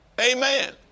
Amen